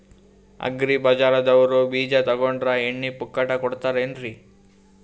Agri ಬಜಾರದವ್ರು ಬೀಜ ತೊಗೊಂಡ್ರ ಎಣ್ಣಿ ಪುಕ್ಕಟ ಕೋಡತಾರೆನ್ರಿ?